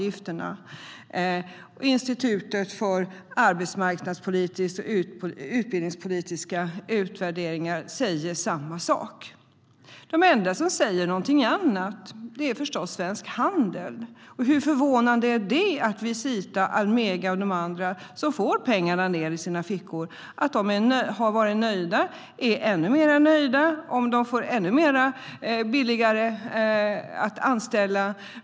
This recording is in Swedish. Institutet för arbetsmarknads och utbildningspolitiska utvärderingar säger samma sak. Den enda som säger någonting annat är förstås Svensk Handel. Hur förvånande är det att Visita, Almega och de andra som får pengarna skulle vara ännu mer nöjda om det blir ännu billigare att anställa?